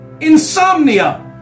Insomnia